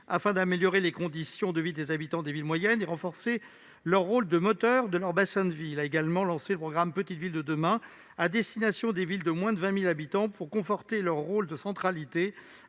afin d'améliorer les conditions de vie des habitants des villes moyennes et de renforcer leur rôle de moteur dans leur bassin de vie ; il a lancé le programme « Petites villes de demain » à destination des villes de moins de 20 000 habitants pour conforter leur rôle de centralité,